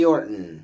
Orton